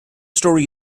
story